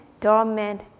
dormant